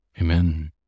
Amen